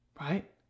right